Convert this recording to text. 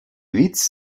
witz